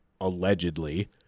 allegedly